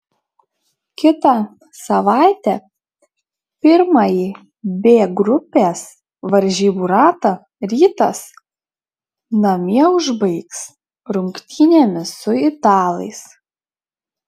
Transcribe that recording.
kitą savaitę pirmąjį b grupės varžybų ratą rytas namie užbaigs rungtynėmis su italais